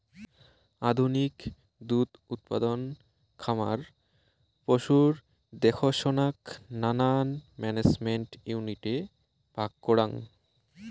আধুনিক দুধ উৎপাদন খামার পশুর দেখসনাক নানান ম্যানেজমেন্ট ইউনিটে ভাগ করাং